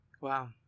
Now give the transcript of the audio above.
Wow